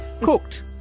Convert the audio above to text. cooked